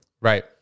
Right